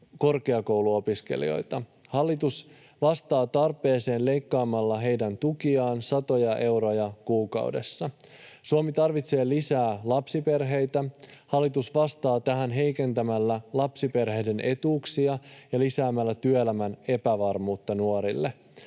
korkeakouluopiskelijoita, hallitus vastaa tarpeeseen leikkaamalla heidän tukiaan satoja euroja kuukaudessa. Suomi tarvitsee lisää lapsiperheitä, hallitus vastaa tähän heikentämällä lapsiperheiden etuuksia ja lisäämällä työelämän epävarmuutta nuorille.